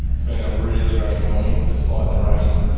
it's been a really great morning, despite the rain.